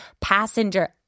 passenger